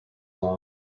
long